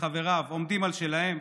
וחבריו עומדים על שלהם,